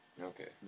Okay